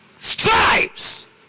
stripes